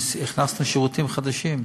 הכנסנו שירותים חדשים,